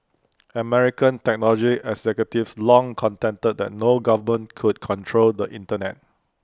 American technology executives long contended that no government could control the Internet